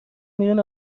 میرین